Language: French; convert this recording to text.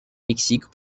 mexique